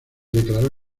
declaró